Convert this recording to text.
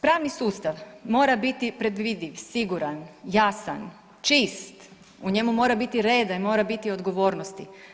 Pravni sustav mora biti predvidiv, siguran, jasan, čist, u njemu mora biti reda i mora biti odgovornosti.